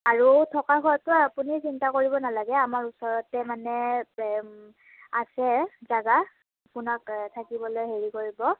আৰু থকা খোৱাটো আপুনি চিন্তা কৰিব নালাগে আমাৰ ওচৰতে মানে আছে জেগা আপোনাক থাকিবলৈ হেৰি কৰিব